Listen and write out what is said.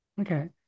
Okay